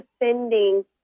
defending